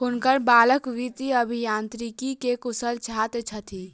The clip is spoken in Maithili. हुनकर बालक वित्तीय अभियांत्रिकी के कुशल छात्र छथि